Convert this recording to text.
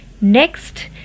Next